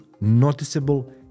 noticeable